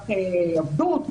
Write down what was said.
למניעת עבדות,